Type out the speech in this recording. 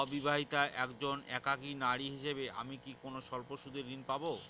অবিবাহিতা একজন একাকী নারী হিসেবে আমি কি কোনো স্বল্প সুদের ঋণ পাব?